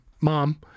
Mom